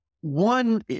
One